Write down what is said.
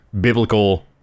biblical